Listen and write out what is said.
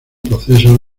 procesos